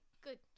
good